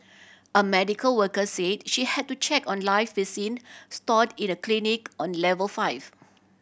a medical worker said she had to check on live vaccine stored in a clinic on level five